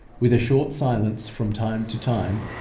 with a short silence from time to time,